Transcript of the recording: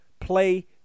play